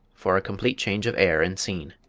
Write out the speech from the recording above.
for a complete change of air and scene.